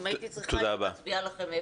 אם הייתי צריכה למצוא הייתי מצביעה לכם מאיפה.